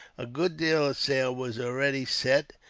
a good deal of sail was already set,